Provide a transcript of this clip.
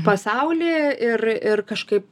pasaulį ir ir kažkaip